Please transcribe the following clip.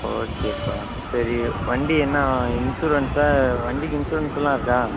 ஓகேப்பா சரி வண்டி என்ன இன்சூரன்ஸா வண்டிக்கு இன்சூரன்ஸ் எல்லாம் இருக்கா